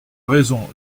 raison